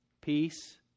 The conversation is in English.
Peace